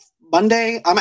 Monday